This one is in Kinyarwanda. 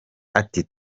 ati